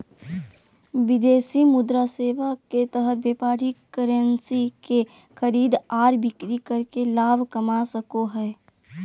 विदेशी मुद्रा सेवा के तहत व्यापारी करेंसी के खरीद आर बिक्री करके लाभ कमा सको हय